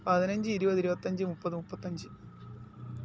പതിനഞ്ച് ഇരുപത് ഇരുപത്തഞ്ച് മുപ്പത് മുപ്പത്തഞ്ച്